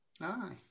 Aye